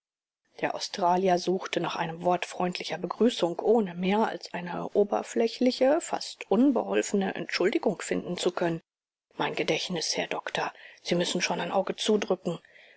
der australier suchte nach einem wort freundlicher begrüßung ohne mehr als eine oberflächliche fast unbeholfene entschuldigung finden zu können mein gedächtnis herr doktor sie müssen schon ein auge zudrücken